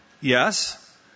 Yes